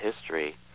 history